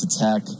tech—